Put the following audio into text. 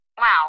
Wow